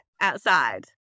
Outside